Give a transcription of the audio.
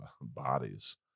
bodies